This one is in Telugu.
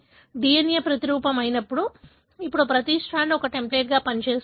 DNA ప్రతిరూపం అయినప్పుడు ఇప్పుడు ప్రతి స్ట్రాండ్ ఒక టెంప్లేట్గా పనిచేస్తుంది